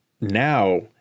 now